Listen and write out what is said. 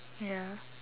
ya